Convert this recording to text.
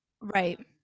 right